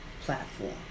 platform